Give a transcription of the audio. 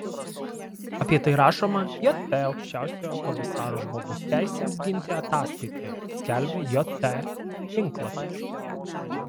apie tai rašoma jt aukščiausiojo komisaro žmogaus teisėms ginti ataskaitoje skelbia jt tinklapis